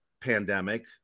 pandemic